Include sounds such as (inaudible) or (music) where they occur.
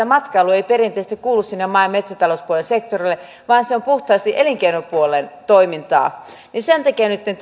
(unintelligible) matkailu ei perinteisesti kuulu sinne maa ja metsätalouspuolen sektorille vaan se on puhtaasti elinkeinopuolen toimintaa sen takia nytten (unintelligible)